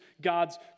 God's